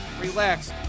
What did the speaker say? relax